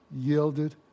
yielded